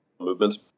movements